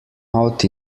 out